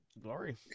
Glory